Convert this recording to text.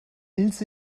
ilse